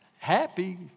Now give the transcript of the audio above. happy